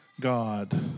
God